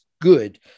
good